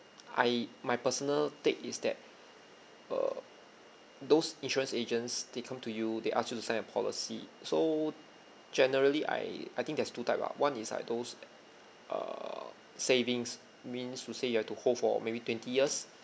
I my personal take is that uh those insurance agents they come to you they ask you to sign a policy so generally I I think there's two type lah one is like those err savings means to say you have to hold for maybe twenty years